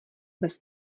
bez